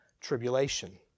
tribulation